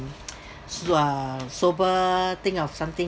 so uh sober think of something